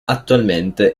attualmente